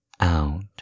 out